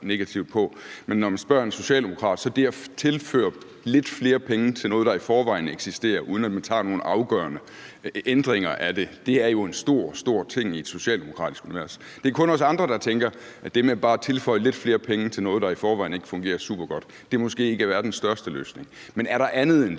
Men når man spørger en socialdemokrat, er det at tilføre lidt flere penge til noget, der i forvejen eksisterer, uden at man tager og laver nogle afgørende ændringer af det, en stor, stor ting. Det er det jo i et socialdemokratisk univers. Det er kun os andre, der tænker, at det med bare at tilføre lidt flere penge til noget, der i forvejen ikke fungerer supergodt, måske ikke er verdens største løsning, men er der andet end det?